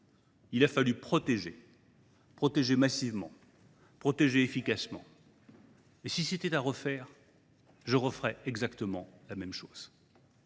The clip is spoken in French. Il a fallu protéger, massivement et efficacement. Si c’était à refaire, je referais exactement la même chose.